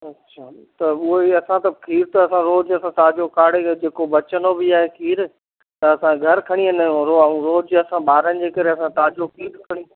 अच्छा त उअई असां त खीर त असां रोज़ु असां ताज़ो काड़े करे जेको बचंदो बि आहे खीर त असां घरि खणी वेंदा आहियूं ऐं रोज़ु असां ॿारनि जे करे असां ताज़ो खीर खणी